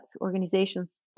organizations